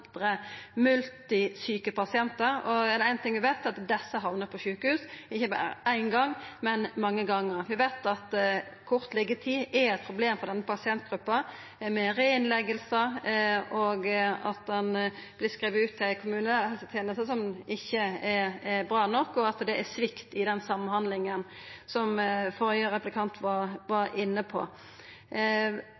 og er det ein ting vi veit, er det at desse hamnar på sjukehus, ikkje berre ein gong, men mange gongar. Vi veit at kort liggjetid er eit problem for denne pasientgruppa. Det vert reinnleggingar, ein vert skriven ut til ei kommunehelseteneste som ikkje er bra nok, og det er svikt i samhandlinga, som førre replikant var